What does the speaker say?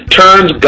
turns